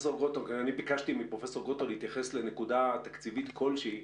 אני ביקשתי מפרופ' גרוטו להתייחס לנקודה תקציבית כלשהי,